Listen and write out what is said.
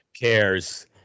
cares